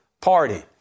party